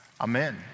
Amen